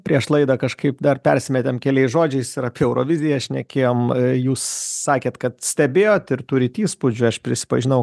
prieš laidą kažkaip dar persimetėm keliais žodžiais ir apie euroviziją šnekėjom jūs sakėt kad stebėjot ir turit įspūdžių aš prisipažinau